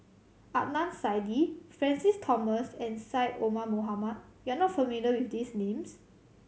Adnan Saidi Francis Thomas and Syed Omar Mohamed you are not familiar with these names